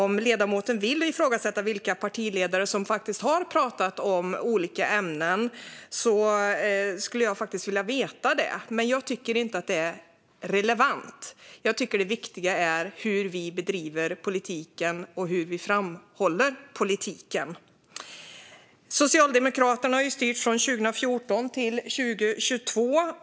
Om ledamoten vill ifrågasätta vilka partiledare som har talat om olika ämnen skulle jag vilja veta det, men jag tycker inte att det är relevant. Det viktiga är hur vi bedriver politiken och hur vi framhåller politiken. Socialdemokraterna har styrt från 2014 till 2022.